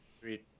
Three